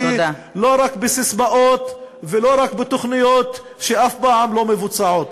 לא רק בססמאות ולא רק בתוכניות שאף פעם לא מבוצעות.